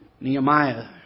Nehemiah